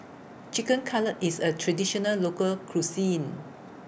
Chicken Cutlet IS A Traditional Local Cuisine